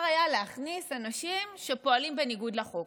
היה להכניס אנשים שפועלים בניגוד לחוק.